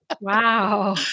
wow